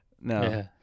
no